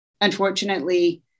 unfortunately